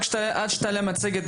עד שתעלה המצגת,